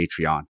Patreon